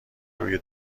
روی